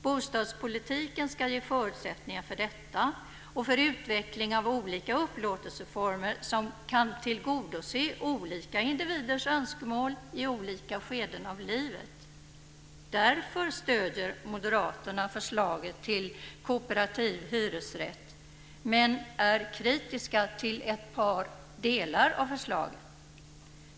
Bostadspolitiken ska ge förutsättningar för detta och för utveckling av olika upplåtelseformer som kan tillgodose olika individers önskemål i olika skeden av livet. Därför stöder Moderaterna förslaget till kooperativ hyresrätt men är kritiska till ett par delar av förslaget.